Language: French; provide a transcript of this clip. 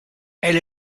elle